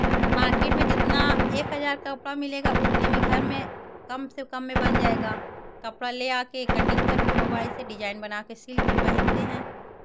market में जितना एक हजार का कपड़ा मिलेगा उतने में घर में कम से कम में बन जाएगा कपड़ा ले आके कटिंग करके मोबाइल से डिज़ाइन बना के सिल के पहनते हैं